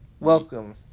Welcome